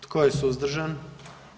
Tko je suzdržan?